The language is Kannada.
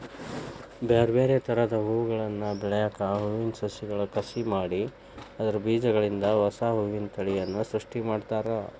ಬ್ಯಾರ್ಬ್ಯಾರೇ ತರದ ಹೂಗಳನ್ನ ಬೆಳ್ಯಾಕ ಹೂವಿನ ಸಸಿಗಳ ಕಸಿ ಮಾಡಿ ಅದ್ರ ಬೇಜಗಳಿಂದ ಹೊಸಾ ಹೂವಿನ ತಳಿಯನ್ನ ಸೃಷ್ಟಿ ಮಾಡ್ತಾರ